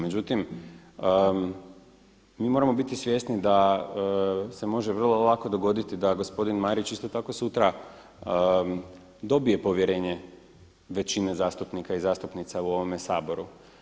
Međutim, mi moramo biti svjesni da se može vrlo lako dogoditi da gospodin Marić isto tako sutra dobije povjerenje većine zastupnika i zastupnica u ovome Saboru.